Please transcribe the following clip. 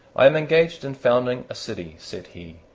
i am engaged in founding a city, said he,